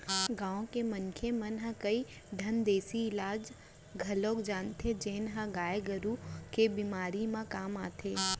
गांव के मनसे मन ह कई ठन देसी इलाज घलौक जानथें जेन ह गाय गरू के बेमारी म काम आथे